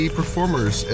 performers